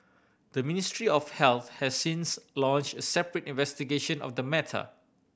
the Ministry of Health has since launch a separate investigation of the matter